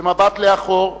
במבט לאחור,